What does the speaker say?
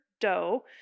dough